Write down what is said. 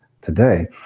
today